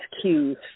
cues